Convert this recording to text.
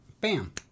bam